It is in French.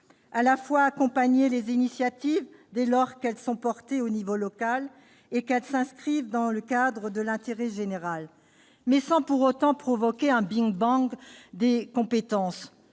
: accompagner les initiatives dès lors qu'elles sont portées à l'échelon local et qu'elles s'inscrivent dans le cadre de l'intérêt général, mais sans pour autant provoquer un big-bang des compétences.